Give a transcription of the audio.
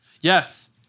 yes